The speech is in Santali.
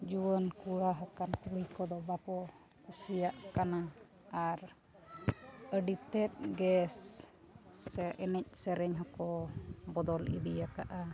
ᱡᱩᱣᱟᱹᱱ ᱠᱚᱲᱟ ᱟᱠᱟᱱ ᱠᱩᱲᱤ ᱠᱚᱫᱚ ᱵᱟᱠᱚ ᱠᱩᱥᱤᱭᱟᱜ ᱠᱟᱱᱟ ᱟᱨ ᱟᱹᱰᱤ ᱛᱮᱫ ᱜᱮ ᱮᱱᱮᱡ ᱥᱮᱨᱮᱧ ᱦᱚᱸᱠᱚ ᱵᱚᱫᱚᱞ ᱤᱫᱤᱭᱟᱠᱟᱫᱼᱟ